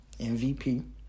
MVP